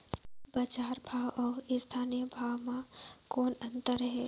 बजार भाव अउ स्थानीय भाव म कौन अन्तर हे?